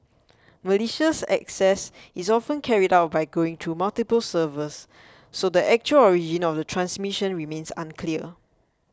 malicious access is often carried out by going through multiple servers so the actual origin of the transmission remains unclear